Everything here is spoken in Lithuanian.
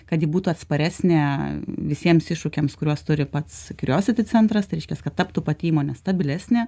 kad ji būtų atsparesnė visiems iššūkiams kuriuos turi pats kurijositi centras tai reiškias kad taptų pati įmonė stabilesnė